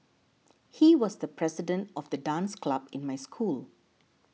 he was the president of the dance club in my school